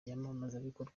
iyamamazabikorwa